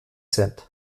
cent